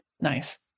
Nice